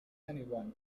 anyone